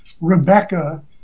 Rebecca